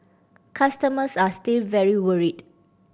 customers are still very worried